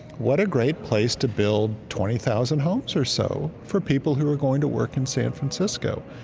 what a great place to build twenty thousand homes or so for people who are going to work in san francisco.